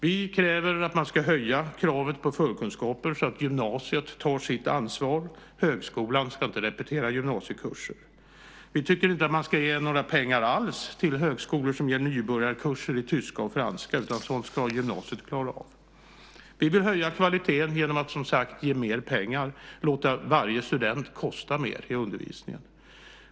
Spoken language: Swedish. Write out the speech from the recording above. Vi kräver att man ska höja kravet på förkunskaper så att gymnasiet tar sitt ansvar. Högskolan ska inte repetera gymnasiekurser. Vi tycker inte att man ska ge några pengar alls till högskolor som ger nybörjarkurser i tyska och franska. Sådant ska gymnasiet klara av. Vi vill höja kvaliteten genom att, som sagt, ge mer pengar och låta varje student kosta mer i fråga om undervisning.